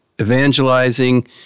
evangelizing